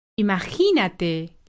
Imagínate